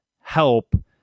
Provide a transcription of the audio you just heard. help